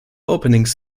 openings